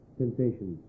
sensation